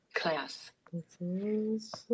class